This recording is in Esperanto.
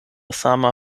sama